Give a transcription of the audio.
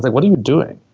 like what are you doing?